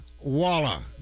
Walla